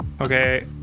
Okay